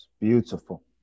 Beautiful